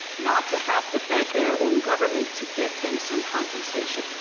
not to have to beg their own government to get them some compensation,